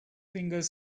fingers